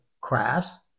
crafts